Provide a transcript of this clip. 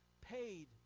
paid